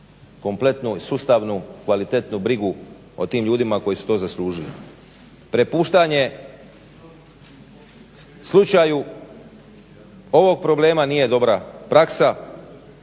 kompletnu, sustavnu, kvalitetnu brigu o tim ljudima koji su to zaslužili. Prepuštanje slučaju ovog problema nije dobra praksa.